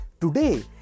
Today